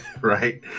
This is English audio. right